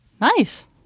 Nice